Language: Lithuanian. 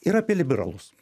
ir apie liberalus